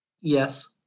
Yes